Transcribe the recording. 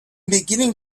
beginning